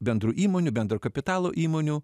bendrų įmonių bendro kapitalo įmonių